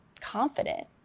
confident